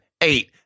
eight